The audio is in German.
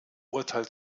urteil